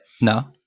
no